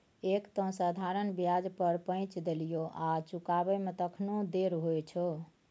एक तँ साधारण ब्याज पर पैंच देलियौ आ चुकाबै मे तखनो देर होइ छौ